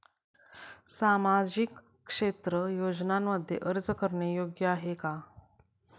सामाजिक क्षेत्र योजनांमध्ये अर्ज करणे योग्य आहे का?